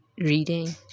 reading